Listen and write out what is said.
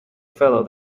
fellow